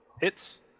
Hits